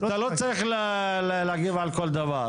אתה לא צריך להגיב על כל דבר.